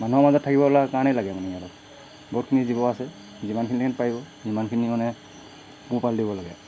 মানুহৰ মাজত থাকিবলৈ কাৰণেই লাগে মানে অলপ বহুতখিনি জীৱ আছে যিমানখিনিহেঁত পাৰিব যিমানখিনি মানে পোহপাল দিব লাগে